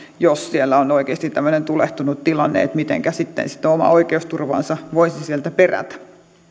jos siellä on oikeasti tämmöinen tulehtunut tilanne mitenkä sitten sitä omaa oikeusturvaansa voisi sieltä perätä